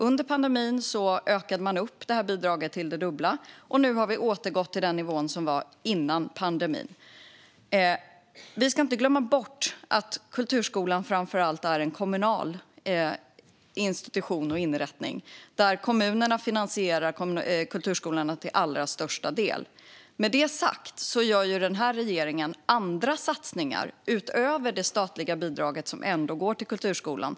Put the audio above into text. Under pandemin ökade man bidraget till det dubbla, och nu har vi återgått till samma nivå som före pandemin. Vi ska inte glömma bort att kulturskolan framför allt är en kommunal institution och inrättning. Kommunerna finansierar kulturskolorna till allra största del. Med det sagt gör regeringen andra satsningar, utöver det statliga bidrag som ändå går till kulturskolan.